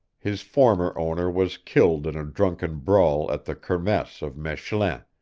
his former owner was killed in a drunken brawl at the kermesse of mechlin,